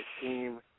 team